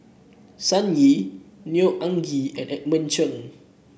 Sun Yee Neo Anngee and Edmund Cheng